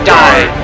die